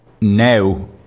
now